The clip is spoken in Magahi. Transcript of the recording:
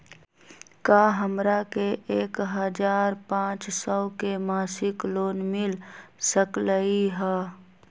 का हमरा के एक हजार पाँच सौ के मासिक लोन मिल सकलई ह?